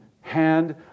hand